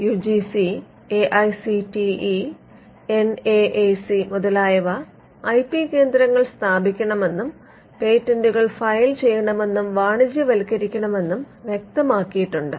U G C A I C T E N A A C മുതലായവ IP കേന്ദ്രങ്ങൾ സ്ഥാപിക്കണമെന്നും പേറ്റന്റുകൾ file ചെയ്യണമെന്നും വാണിജ്യവത്ക്കരിക്കണമെന്നും വ്യക്തമാക്കിയിട്ടുണ്ട്